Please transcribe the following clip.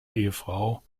ehefrau